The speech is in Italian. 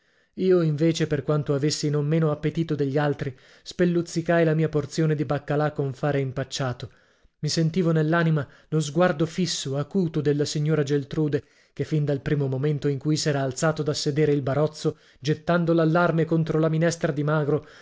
io invece per quanto avessi non meno appetito degli altri spelluzzicai la mia porzione di baccalà con fare impacciato i sentivo nell'anima lo sguardo fisso acuto della signora geltrude che fin dal primo momento in cui s'era alzato da sedere il barozzo gettando l'allarme contro la minestra di magro